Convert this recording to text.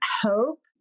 hope